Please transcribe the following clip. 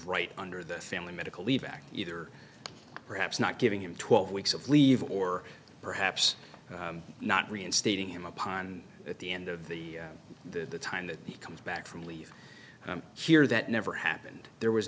right under the family medical leave act either perhaps not giving him twelve weeks of leave or perhaps not reinstating him upon at the end of the the time that he comes back from leave here that never happened there was